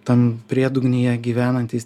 ten priedugnyje gyvenantys